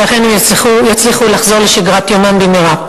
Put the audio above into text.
ואכן הם יצליחו לחזור לשגרת יומם במהרה.